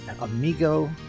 Amigo